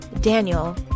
Daniel